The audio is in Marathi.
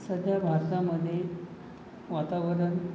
सध्या भारतामध्ये वातावरण